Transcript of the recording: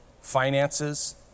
finances